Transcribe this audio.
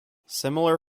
similar